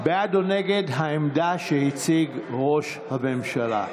בעד או נגד העמדה שהציג ראש הממשלה.